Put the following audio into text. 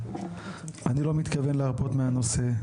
אני לא מתכוון להרפות מהנושא.